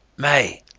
may.